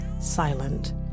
silent